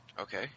Okay